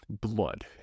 Blood